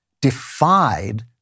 defied